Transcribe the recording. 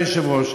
אדוני היושב-ראש,